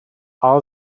all